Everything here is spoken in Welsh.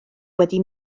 wedi